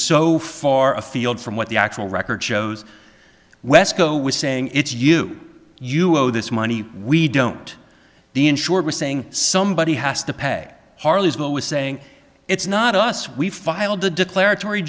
so far afield from what the actual record shows wesco was saying it's you you owe this money we don't the insurer are saying somebody has to pay harleysville was saying it's not us we filed a declarator